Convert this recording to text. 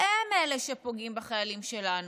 הם אלה שפוגעים בחיילים שלנו,